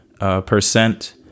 percent